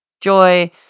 joy